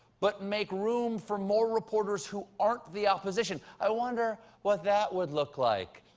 but make room for more reporters who aren't the opposition. i wonder what that would look like.